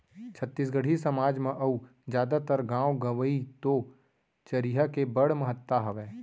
छत्तीसगढ़ी समाज म अउ जादातर गॉंव गँवई तो चरिहा के बड़ महत्ता हावय